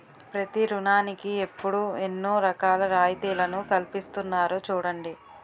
ప్రతి ఋణానికి ఇప్పుడు ఎన్నో రకాల రాయితీలను కల్పిస్తున్నారు చూడండి